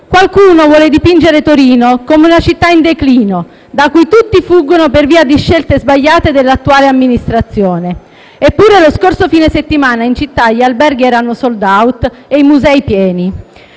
Qualcuno vuole dipingere Torino come una città in declino, da cui tutti fuggono per via di scelte sbagliate dell'attuale amministrazione. Eppure, lo scorso fine settimana in città gli alberghi erano *sold out* e i musei pieni.